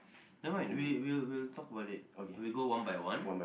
never mind we we'll we'll talk about it we go one by one